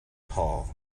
paul